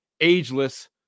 ageless